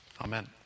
Amen